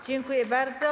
Dziękuję bardzo.